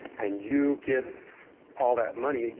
and you give all that money.